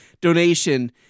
donation